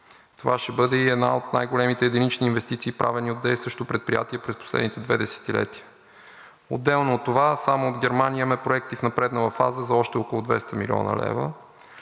Това ще бъде една от най-големите единични инвестиции, правени от действащо предприятие през последните две десетилетия. Отделно от това, само от Германия имаме проекти в напреднала фаза за още около 200 млн. лв.